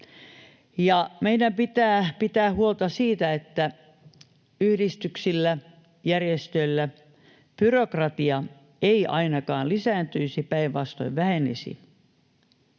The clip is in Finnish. pitää pitää huolta siitä, että yhdistyksillä ja järjestöillä byrokratia ei ainakaan lisääntyisi, päinvastoin vähenisi,